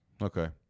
Okay